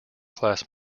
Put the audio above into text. class